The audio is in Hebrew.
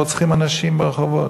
רוצחים אנשים ברחובות.